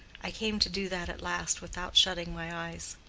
i came to do that at last without shutting my eyes.